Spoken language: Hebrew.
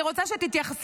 אני רוצה שתתייחסי.